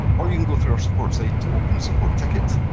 or you can go through our support site to open a support ticket,